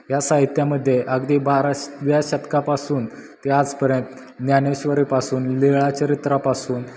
ह्या साहित्यामध्ये अगदी बाराव्या शतकापासून ते आजपर्यंत ज्ञानेश्वरीपासून लिळा चरित्रापासून